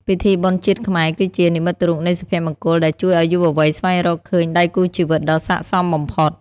ពិធីបុណ្យជាតិខ្មែរគឺជា "និមិត្តរូបនៃសុភមង្គល" ដែលជួយឱ្យយុវវ័យស្វែងរកឃើញដៃគូជីវិតដ៏ស័ក្តិសមបំផុត។